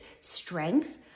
strength